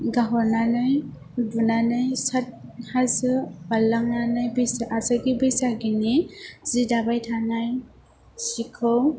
गाहरनानै बुनानै साट हाजो बारलांनानै आसागि बैसागिनि जि दाबाय थानाय सिखौ